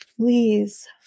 please